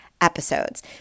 episodes